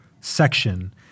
section